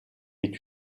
est